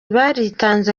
baritanze